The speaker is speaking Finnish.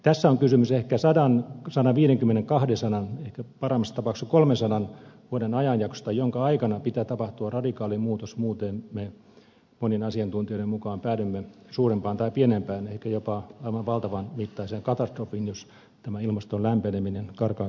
tässä on kysymys ehkä sadan sadanviidenkymmenen kahdensadan ehkä parhaimmassa tapauksessa kolmensadan vuoden ajanjaksosta jonka aikana pitää tapahtua radikaali muutos muuten me monien asiantuntijoiden mukaan päädymme suurempaan tai pienempään ehkä jopa aivan valtavan mittaiseen katastrofiin jos tämä ilmaston lämpeneminen karkaa käsistä